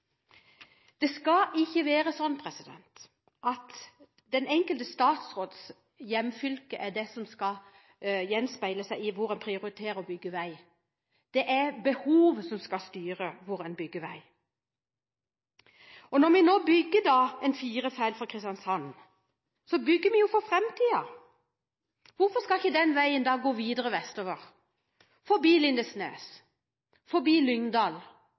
Det skal ikke være slik at den enkelte statsråds hjemfylke er det som skal gjenspeile hvor det blir prioritert å bygge vei. Det er behovet som skal styre hvor en bygger vei. Når vi nå bygger fire felt fra Kristiansand, bygger vi for framtiden. Hvorfor skal ikke den veien da gå videre vestover forbi Lindesnes, forbi Lyngdal,